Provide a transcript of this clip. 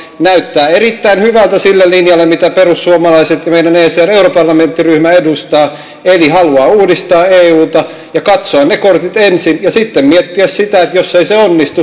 näyttää erittäin hyvältä sen linjan kannalta mitä perussuomalaiset ja meidän ecr europarlamenttiryhmämme edustavat eli haluavat uudistaa euta ja katsoa ne kortit ensin ja sitten miettiä sitä että jos ei se onnistu mitä tehdään sen jälkeen